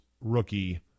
rookie